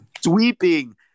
sweeping